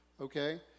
Okay